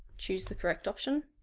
choose the correct option